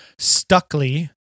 Stuckley